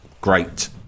great